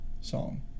song